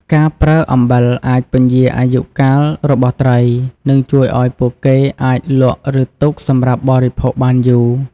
ការប្រើអំបិលអាចពន្យារអាយុកាលរបស់ត្រី និងជួយឱ្យពួកគេអាចលក់ឬទុកសម្រាប់បរិភោគបានយូរ។